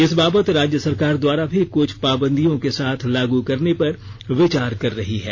इस बाबत राज्य सरकार द्वारा भी कुछ पाबंदियों के साथ इसे लागू करने पर विचार कर रही है